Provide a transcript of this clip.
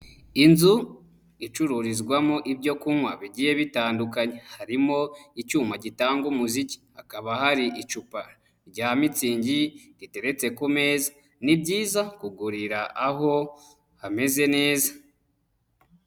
Inzu icururizwamo ibyo kunywa bigiye bitandukanye, harimo icyuma gitanga umuziki, hakaba hari icupa rya mutingi riteretse ku meza. Ni byiza kugurira aho hameze neza.